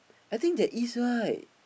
I think there is right